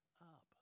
up